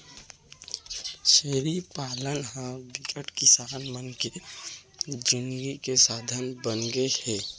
छेरी पालन ह बिकट किसान मन के जिनगी के साधन बनगे हे